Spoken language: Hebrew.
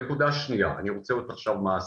נקודה שנייה, אני רוצה להיות עכשיו מעשי,